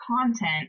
content